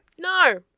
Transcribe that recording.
No